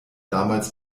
damals